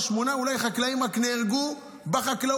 אולי שמונה חקלאים נהרגו רק בחקלאות,